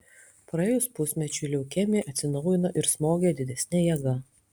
praėjus pusmečiui leukemija atsinaujino ir smogė didesne jėga